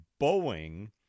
Boeing